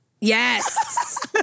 Yes